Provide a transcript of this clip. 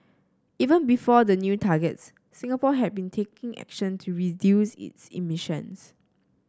even before the new targets Singapore had been taking action to reduce its emissions